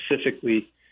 specifically